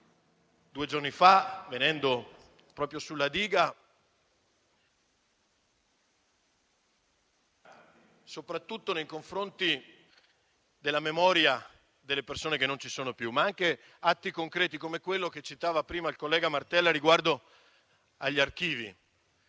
due giorni fa si è recato proprio sulla diga, soprattutto in memoria delle persone che non ci sono più. Servono anche atti concreti come quello che citava prima il collega Martella riguardo agli archivi: